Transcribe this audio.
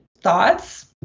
thoughts